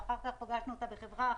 ואחר כך פגשנו אותה בחברה אחרת,